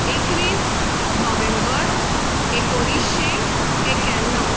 एकवीस नोवेंबर एकोणिश्शे एक्याण्णव